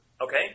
Okay